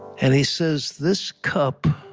and he says this cup